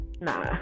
nah